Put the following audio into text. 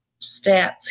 stats